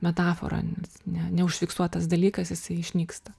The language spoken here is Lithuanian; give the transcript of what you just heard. metafora ne neužfiksuotas dalykas jisai išnyksta